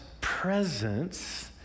presence